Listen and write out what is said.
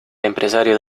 empresario